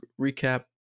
recap